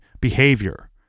behavior